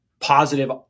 positive